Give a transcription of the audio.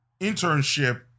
internship